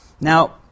Now